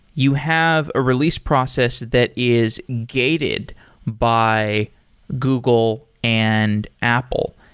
you have a release process that is gated by google and apple.